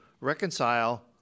reconcile